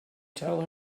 tell